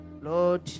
Lord